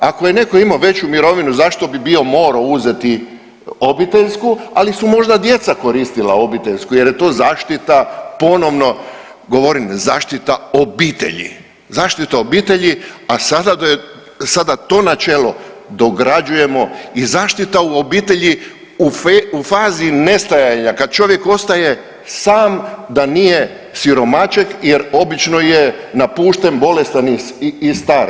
Ako je netko imao veću mirovinu zašto bi bio, morao uzeti obiteljsku, ali su možda djeca koristila obiteljsku jer je to zaštita ponovno govorim zaštita obitelji, a sada to načelo dograđujemo i zaštita u obitelji u fazi nestajanja kad čovjek ostaje sam da nije siromaček jer obično je napušten, bolestan i star.